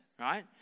right